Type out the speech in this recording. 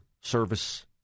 service